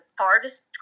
farthest